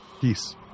Peace